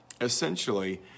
essentially